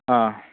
ꯑꯥ